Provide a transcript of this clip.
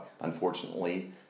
Unfortunately